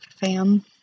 fam